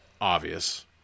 obvious